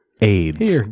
AIDS